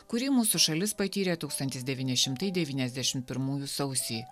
kurį mūsų šalis patyrė tūkstantis devyni šimtai devyniasdešim pirmųjų sausį